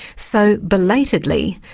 so, belatedly,